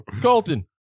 Colton